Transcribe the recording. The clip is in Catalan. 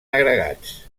agregats